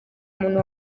muntu